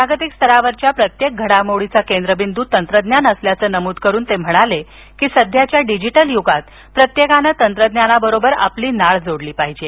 जागतिक स्तरावरच्या प्रत्येक घडामोडीचा केंद्रबिंदू तंत्रज्ञान असल्याचं नमूद करून ते म्हणाले की सध्याच्या डिजिटल युगात प्रत्येकानं तंत्रज्ञानाबरोबर आपली नाळ जोडली पाहिजे